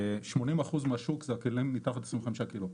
80% מהשוק זה הכלים מתחת ל-25 ק"ג.